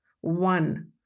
one